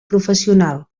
professional